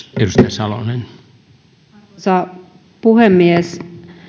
arvoisa puhemies